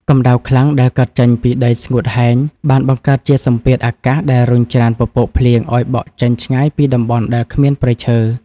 កម្ដៅខ្លាំងដែលកើតចេញពីដីស្ងួតហែង បានបង្កើតជាសម្ពាធអាកាសដែលរុញច្រានពពកភ្លៀងឱ្យបក់ចេញឆ្ងាយពីតំបន់ដែលគ្មានព្រៃឈើ។